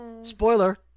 Spoiler